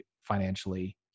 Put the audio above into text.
financially